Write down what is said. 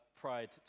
pride